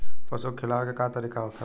पशुओं के खिलावे के का तरीका होखेला?